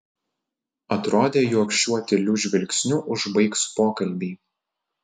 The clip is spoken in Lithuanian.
atrodė jog šiuo tyliu žvilgsniu užbaigs pokalbį